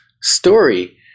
story